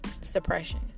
suppression